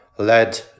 led